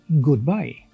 goodbye